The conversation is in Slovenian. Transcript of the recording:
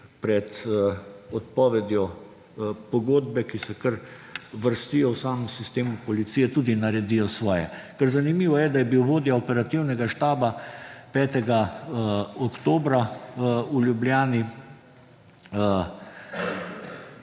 pred odpovedjo pogodbe, ki se kar vrstijo v samem sistemu policije, tudi naredijo svoje. Ker zanimivo je, da je bil vodja operativnega štaba 5. oktobra v Ljubljani